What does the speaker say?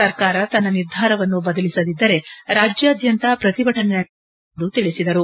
ಸರ್ಕಾರ ತನ್ನ ನಿರ್ಧಾರವನ್ನು ಬದಲಿಸದಿದ್ದರೆ ರಾಜ್ಯಾದ್ಯಂತ ಪ್ರತಿಭಟನೆ ನಡೆಸಲಾಗುವುದು ಎಂದು ಅವರು ತಿಳಿಸಿದರು